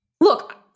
Look